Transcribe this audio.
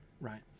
right